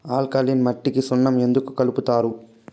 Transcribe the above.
alkaline మట్టికి సున్నం ఎందుకు కలుపుతారు